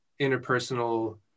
interpersonal